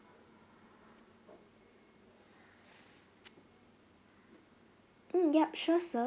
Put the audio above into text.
mm yup sure sir